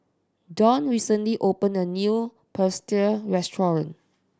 Dawn recently opened a new Pretzel restaurant